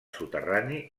soterrani